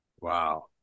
Wow